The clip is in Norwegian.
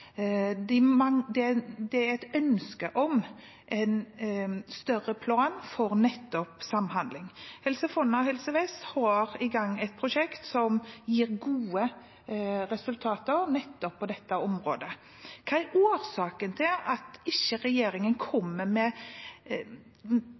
Det er et ønske om en større plan for samhandling. Helse Fonna og Helse Vest har et prosjekt i gang som gir gode resultater på nettopp dette området. Hva er årsaken til at ikke regjeringen